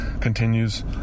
continues